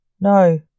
No